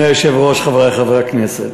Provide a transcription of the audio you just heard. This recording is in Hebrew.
אדוני היושב-ראש, חברי חברי הכנסת,